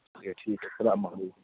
okay ٹھیک ہے السلام علیکم